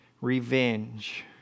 revenge